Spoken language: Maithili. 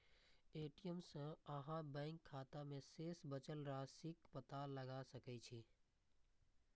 ए.टी.एम सं अहां बैंक खाता मे शेष बचल राशिक पता लगा सकै छी